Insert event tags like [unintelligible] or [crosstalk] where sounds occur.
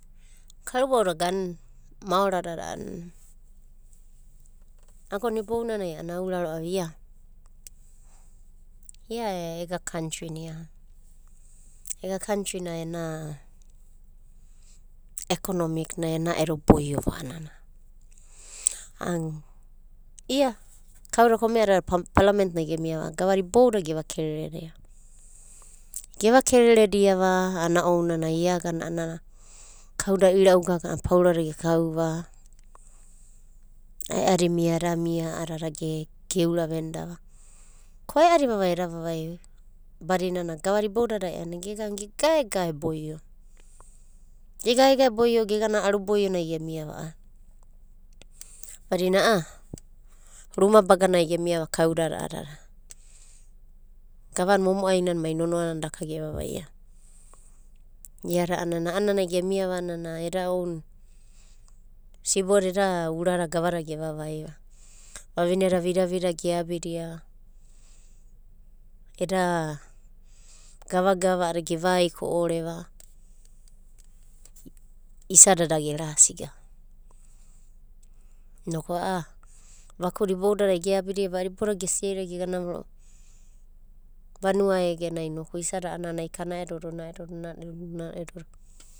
Karubada [unintelligible] maoradada [noise] agona ibounanai a'ana aura ro'ava ia ega kantri na ena ekonemik na ena'edo borova a'anana an ia kauda kome'adada palament nai gemia ro'va a'adada gavada iboudadai geva kereredia va a'ana ounanai ia agana anana kauda ira'u gaga a'ana paurada gekau va, ae'adi mia eda mia a'adada geura vendava. Ko ae'adi vavai eda vavaia badinana gavada boudadai a'ana gegan gegaegae boiova, gegaege boiova gegana aru boio nai gemiva. Badina a'a ruma baganai gemiava a'adada kaudada a'adada gavana momo'ai nana mai nonoana na daka ge vavaia va. Iada a'anana, a'ananai no gemiava nana eda oun siboda eda urada gavadada gevavaiva. Vavineda vida vida geabidia va eda gava gava a'adia gevai ko'oreva, isada da gerasigava. Inoku va kuda iboudada geabiva a'ada iboudada gesreidia vanua eganai inoku isada a'ana ai kana'edo do na'edodo va.